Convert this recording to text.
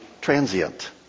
transient